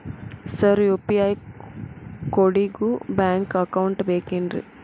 Sir UPI ಕೋಡಿಗೂ bank account ಬೇಕೆನ್ರಿ?